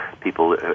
people